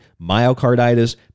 myocarditis